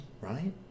right